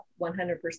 100